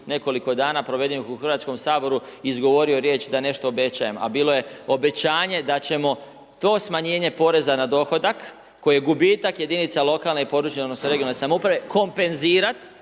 nekoliko dana provedenih u Hrvatskom saboru izgovorio riječ da nešto obećajem. A bilo je obećanje da ćemo to smanjenje poreza na dohodak, koje je gubitak jedinica lokalne i područne, odnosno regionalne samouprave kompenzirat,